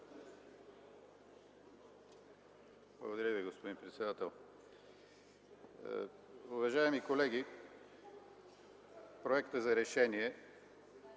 Благодаря Ви, господин председател. Уважаеми колеги! Проектът за решение,